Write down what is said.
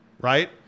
right